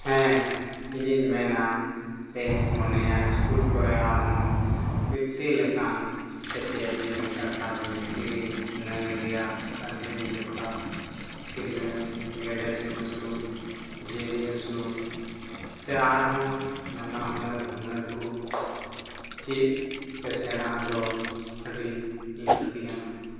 ᱦᱮᱸ ᱤᱧᱤᱧ ᱢᱮᱱᱟ ᱥᱮ ᱤᱧᱤᱧ ᱢᱚᱱᱮᱭᱟ ᱥᱠᱩᱞ ᱠᱚᱨᱮ ᱟᱨᱦᱚᱸ ᱢᱤᱥᱛᱨᱤ ᱞᱮᱠᱟᱱ ᱥᱮᱪᱮᱫ ᱡᱮᱞᱮᱠᱟ ᱠᱟᱴᱷ ᱢᱤᱥᱛᱨᱤ ᱱᱟᱹᱭ ᱨᱮᱭᱟᱜ ᱠᱷᱟᱫᱽᱨᱤᱝ ᱡᱚᱠᱷᱟ ᱥᱤᱞᱟᱹᱭ ᱜᱮᱰᱮ ᱥᱤᱢ ᱟᱹᱥᱩᱞ ᱡᱤᱭᱟᱹᱞᱤ ᱟᱹᱥᱩᱞ ᱥᱮ ᱟᱨᱦᱚᱸ ᱱᱟᱱᱟ ᱦᱩᱱᱟᱹᱨ ᱦᱩᱱᱟᱹᱨ ᱠᱚ ᱪᱮᱫ ᱥᱮ ᱥᱮᱬᱟ ᱫᱚ ᱟᱹᱰᱤ ᱞᱟᱹᱠᱛᱤ ᱠᱟᱱᱟ